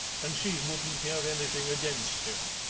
and she wouldn't hear anything against him.